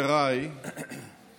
חבריי